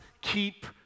keep